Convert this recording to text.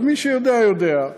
אבל מי שיודע יודע.